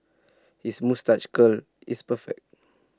his moustache curl is perfect